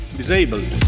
disabled